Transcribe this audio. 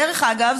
דרך אגב,